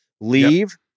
leave